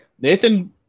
Nathan